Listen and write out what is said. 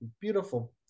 beautiful